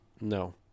no